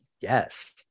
Yes